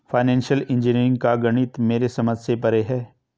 financial engineering का गणित मेरे समझ से परे है